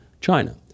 China